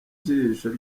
jisho